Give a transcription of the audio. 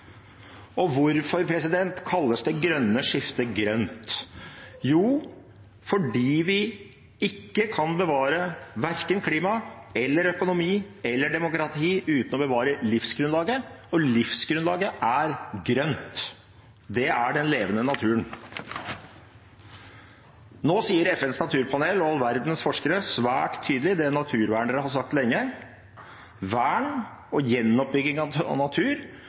Og hvorfor kalles det grønne skiftet grønt? Jo, fordi vi ikke kan bevare verken klima eller økonomi eller demokrati uten å bevare livsgrunnlaget, og livsgrunnlaget er grønt. Det er den levende naturen. Nå sier FNs naturpanel og all verdens forskere, svært tydelig, det naturvernere har sagt lenge. Vern og gjenoppbygging av natur